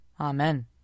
Amen